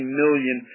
million